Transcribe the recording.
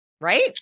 right